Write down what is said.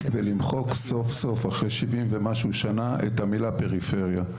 ולמחוק סוף סוף אחרי 70 ומשהו שנה את המילה פריפריה.